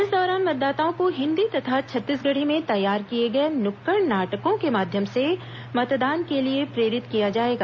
इस दौरान मतदाताओं को हिन्दी तथा छत्तीसगढ़ी में तैयार किए गए नुक्कड़ नाटकों के माध्यम से मतदान के लिए प्रेरित किया जाएगा